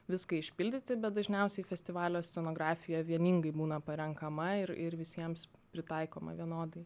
viską išpildyti bet dažniausiai festivalio scenografija vieningai būna parenkama ir ir visiems pritaikoma vienodai